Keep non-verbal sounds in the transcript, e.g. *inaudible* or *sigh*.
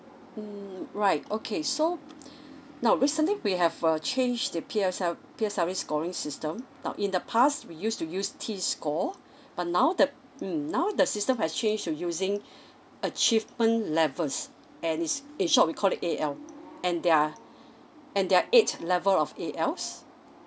mm right okay so *breath* now recently we have uh change the P_S_L P_S_L_E scoring system now in the past we used to use T score but now the mm now the system has change to using achievement levels and it's in short we call it A_L and their and there are eight level of A_Ls